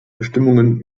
bestimmungen